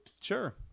sure